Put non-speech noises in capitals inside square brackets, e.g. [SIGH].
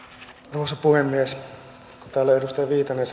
arvoisa puhemies kun täällä edustaja viitanen [UNINTELLIGIBLE]